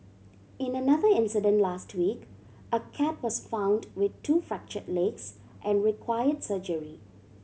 in another incident last week a cat was found with two fracture legs and require surgery